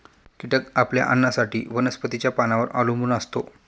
कीटक आपल्या अन्नासाठी वनस्पतींच्या पानांवर अवलंबून असतो